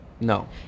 No